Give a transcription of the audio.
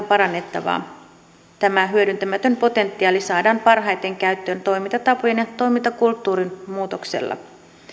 parannettavaa tämä hyödyntämätön potentiaali saadaan parhaiten käyttöön toimintatapojen ja toimintakulttuurin muutoksella